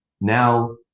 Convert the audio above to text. Now